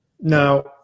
Now